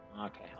Okay